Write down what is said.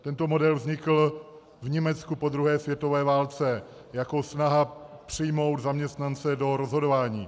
Tento model vznikl v Německu po druhé světové válce jako snaha přijmout zaměstnance do rozhodování.